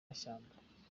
mashyamba